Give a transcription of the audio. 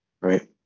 right